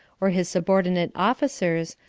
or his subordinate officers,